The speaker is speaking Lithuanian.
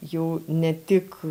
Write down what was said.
jau ne tik